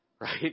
Right